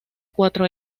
cuatro